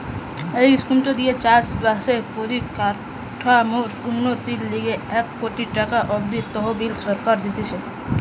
এই স্কিমটো দিয়ে চাষ বাসের পরিকাঠামোর উন্নতির লিগে এক কোটি টাকা অব্দি তহবিল সরকার দিতেছে